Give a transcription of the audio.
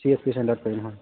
C S P চেন্টাৰত কৰিম হয়